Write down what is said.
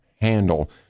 handle